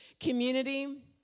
community